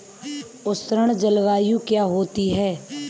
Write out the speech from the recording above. उष्ण जलवायु क्या होती है?